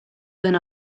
den